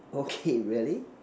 okay really